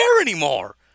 anymore